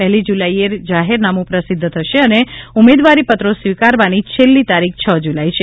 પહેલી જુલાઈએ જાહેરનામું પ્રસિધ્ધ થશે અને ઉમેદવારી પત્રો સ્વીકારવાની છેલ્લી તારીખ છ જુલાઈ છે